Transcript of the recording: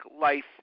life